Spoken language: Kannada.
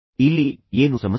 ಇಲ್ಲಿ ಏನು ಸಮಸ್ಯೆ